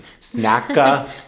snacka